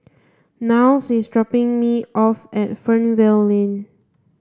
Niles is dropping me off at Fernvale Lane